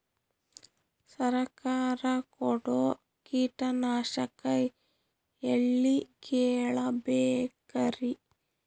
ಸರಕಾರ ಕೊಡೋ ಕೀಟನಾಶಕ ಎಳ್ಳಿ ಕೇಳ ಬೇಕರಿ?